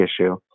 issue